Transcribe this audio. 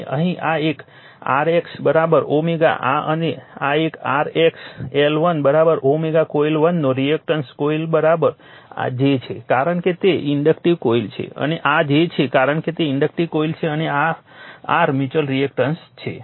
અને અહીં આ એક r x અને આ એક r x L1 કોઇલ 1 નો રિએક્ટન્સ કોઇલ j છે કારણ કે તે ઇન્ડક્ટિવ કોઇલ છે અને આ j છે કારણ કે તે ઇન્ડક્ટિવ કોઇલ છે અને આ r મ્યુચ્યુઅલ રિએક્ટન્સ છે